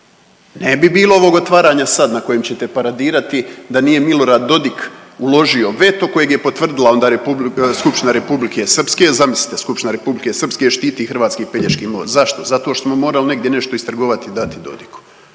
Ne bi bilo ovog otvaranja sad na kojem ćete paradiradi da nije Milorad Dodik uložio veto kojeg je potvrdila onda skupština Republike Srpske. Zamislite skupština Republike Srpske štiti hrvatski Pelješki most. Zašto? Zato što smo morali negdje nešto istrgovati i dati Dodiku.